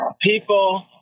People